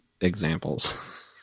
examples